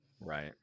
Right